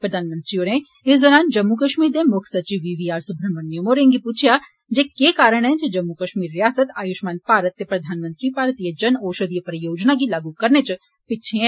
प्रघानमंत्रीहोरें इस दरान जम्मू कश्मीर दे मुक्ख सचिव बी वी आर सुब्राहमणयम होरें गी पुच्छेआ जे केह् कारण ऐ जे जम्मू कश्मीर रिआसत आयुषमान भारत ते प्रधानमंत्री भारतीय जन औषधि परियोजना गी लागू करने च पिच्छे ऐ